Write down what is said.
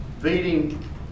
feeding